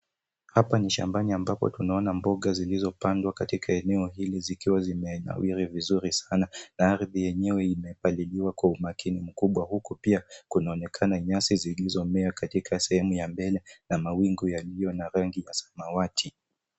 Hapa ni shambani ambapo tunaona mboga ziizopandwa katika eneo hili zikiwa zimenawiri vizuri sana na ardhi yenyewe imepaliliwa kwa umakini mkubwa. Huku pia kunaonekana nyasi zilizomea katika sehemu ya mbele na mawingu yaliyo na rangi ya samawati.